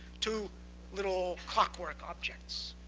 to little clockwork objects.